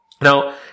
now